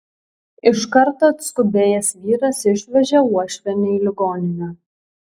iš karto atskubėjęs vyras išvežė uošvienę į ligoninę